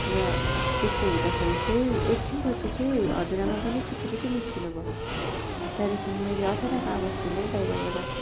र त्यस्तो हुँदाखेरि चाहिँ एकछिन पछि हजुरआमा पनि पिच्छे पिच्छे निस्किनुभयो त्यहाँदेखिन् मैले अचानक आवाज सुनेँ बाहिरबाट